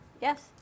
Yes